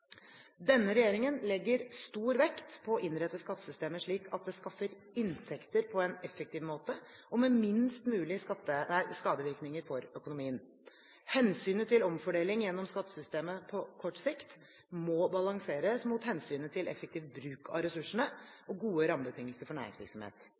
Denne regjeringen legger stor vekt på å innrette skattesystemet slik at det skaffer inntekter på en effektiv måte, og med minst mulig skadevirkninger for økonomien. Hensynet til omfordeling gjennom skattesystemet på kort sikt må balanseres mot hensynet til effektiv bruk av